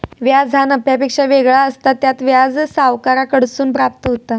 व्याज ह्या नफ्यापेक्षा वेगळा असता, त्यात व्याज सावकाराकडसून प्राप्त होता